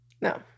no